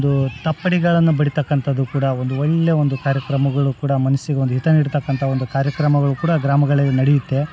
ಒಂದು ತಪ್ಪಡಿಗಳನ್ನು ಬಡಿತಕ್ಕಂಥದ್ದು ಕೂಡ ಒಂದು ಒಳ್ಳೆ ಒಂದು ಕಾರ್ಯಕ್ರಮಗಳು ಕೂಡ ಮನಸ್ಸಿಗೆ ಒಂದು ಹಿತ ನೀಡ್ತಕ್ಕಂಥ ಒಂದು ಕಾರ್ಯಕ್ರಮಗಳು ಕೂಡ ಗ್ರಾಮಗಳಲ್ಲಿ ನಡೆಯುತ್ತೆ